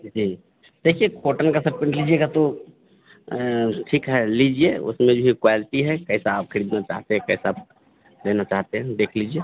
जी देखिए कोटन का shirt pant लीजिएगा तो ठीक है लीजिए उसमें जो है क्वेलटी है कैसा आप खरीदना चाहते हैं कैसा लेना चाहते हैं देख लीजिए